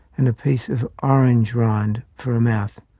and a piece of orange rind for a mouth.